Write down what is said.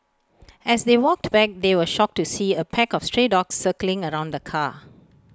as they walked back they were shocked to see A pack of stray dogs circling around the car